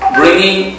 bringing